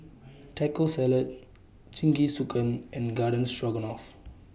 Taco Salad Jingisukan and Garden Stroganoff